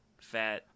fat